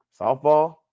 Softball